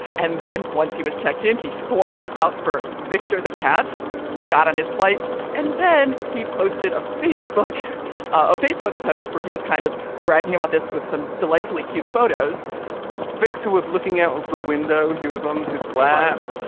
and then once he was checked in. he swapped out for viktor. the cat got on his flight and then he posted a facebook a facebook post where he was kind of bragging about this with some delightfully cute photos viktor was looking out of the window. he was on his lap.